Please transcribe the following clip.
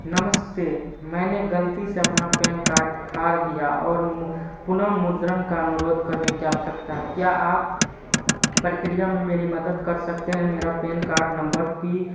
नमस्ते मैंने गलती से अपना पैन कार्ड फाड़ दिया और मू पुनर्मुद्रण का अनुरोध करने की आवश्यकता है क्या आप प्रक्रिया में मेरी मदद कर सकते हैं मेरा PAN card number P V W S three four five six J है और यह चौबीस ज़ीरो एक ज़ीरो नौ को ज़ारी किया गया था